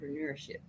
entrepreneurship